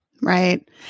Right